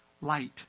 light